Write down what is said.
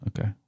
Okay